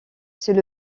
c’est